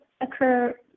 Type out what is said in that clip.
occur